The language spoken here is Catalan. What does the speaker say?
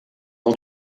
del